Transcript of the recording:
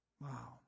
Wow